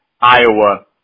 Iowa